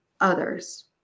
others